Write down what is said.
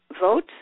vote